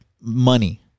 money